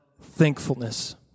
thankfulness